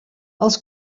els